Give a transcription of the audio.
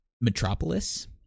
Metropolis